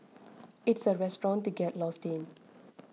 it's a restaurant to get lost in